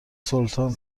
سلطان